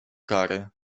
kary